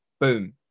boom